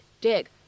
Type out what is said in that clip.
dig